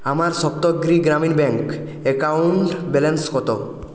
আমার Saptagiri Grameen bank account balance কত